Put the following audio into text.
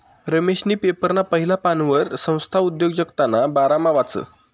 रमेशनी पेपरना पहिला पानवर संस्था उद्योजकताना बारामा वाचं